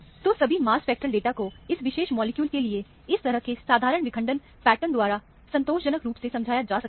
तो सभी mass spectral data को इस विशेष मॉलिक्यूल के लिए इस तरह के एक साधारण विखंडन पैटर्न द्वारा संतोषजनक रूप से समझाया जा सकता है